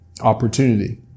opportunity